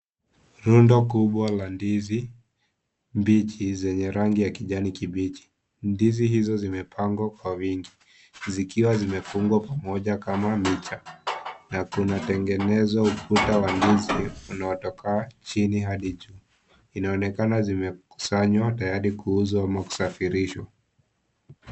Rundo kubwa la ndizi mbichi zenye rangi ya kijani kibichi ndizi hizo zimepangwa kwa wingi zikiwa zimefungwa pamoja kama mcha na kunatengenezwa ukuta wa ndizi utokao chini hadi juu, inaonekana zimekusanyanywa tayari kuhuzwa au kusafirishwa.